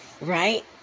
right